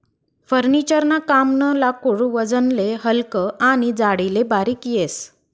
furniture ना कामनं लाकूड वजनले हलकं आनी जाडीले बारीक येस